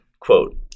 Quote